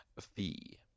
fee